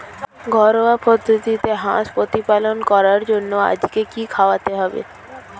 ঘরোয়া পদ্ধতিতে হাঁস প্রতিপালন করার জন্য আজকে কি খাওয়াতে হবে?